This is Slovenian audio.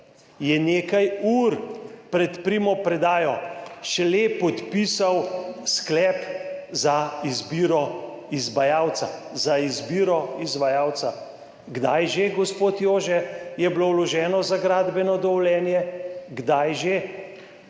je nekaj ur pred primopredajo šele podpisal sklep za izbiro izvajalca. Za izbiro izvajalca. Kdaj že, gospod Jože, je bilo vloženo za gradbeno dovoljenje? Kdaj že?